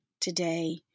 today